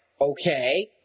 Okay